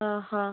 ଓହୋ